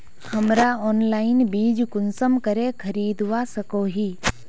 हमरा ऑनलाइन बीज कुंसम करे खरीदवा सको ही?